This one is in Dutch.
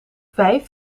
vijf